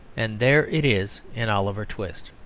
and there it is in oliver twist.